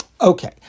Okay